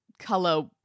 color